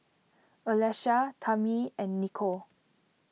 Alesha Tamie and Nichol